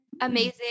amazing